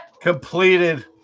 Completed